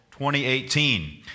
2018